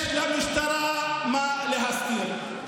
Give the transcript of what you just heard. יש למשטרה מה להסתיר.